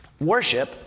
Worship